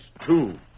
two